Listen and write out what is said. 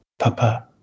Papa